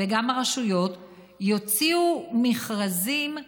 וגם הרשויות יוציאו מכרזים,